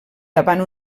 davant